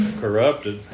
corrupted